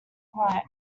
quiet